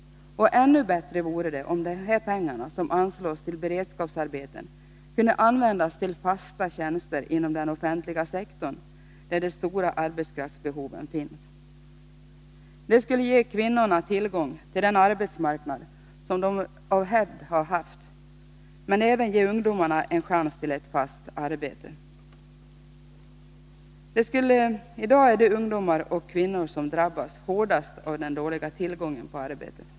Ännu bättre vore det om dessa pengar som anslås till beredskapsarbeten kunde användas till fasta tjänster inom den offentliga sektorn, där de stora arbetskraftsbehoven finns. Det skulle ge kvinnorna tillgång till den arbetsmarknad de av hävd har haft, men även ge ungdomarna en chans till fast arbete. I dag är det ungdomar och kvinnor som drabbas hårdast av den dåliga tillgången på arbete.